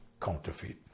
counterfeit